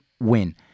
Win